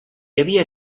havia